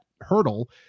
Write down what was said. hurdle